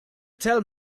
tell